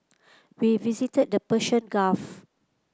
we visited the Persian Gulf